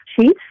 sheets